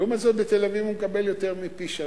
לעומת זאת, בתל-אביב הוא מקבל יותר מפי-שלושה.